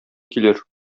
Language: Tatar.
килер